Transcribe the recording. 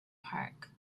park